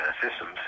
systems